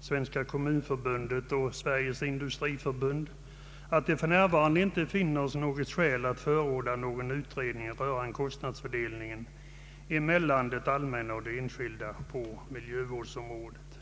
Svenska kommunförbundet och Sveriges industriförbund att det för närvarande inte finns skäl att förorda någon utredning rörande kostnadsfördelningen mellan det allmänna och det enskilda på miljövårdsområdet.